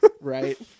Right